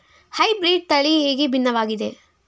Hybrid ತಳಿ ಹೇಗೆ ಭಿನ್ನವಾಗಿದೆ?